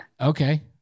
Okay